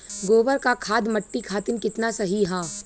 गोबर क खाद्य मट्टी खातिन कितना सही ह?